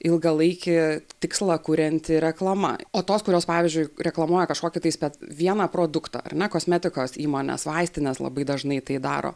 ilgalaikį tikslą kurianti reklama o tos kurios pavyzdžiui reklamuoja kažkokį tais bet vieną produktą ar ne kosmetikos įmonės vaistinės labai dažnai tai daro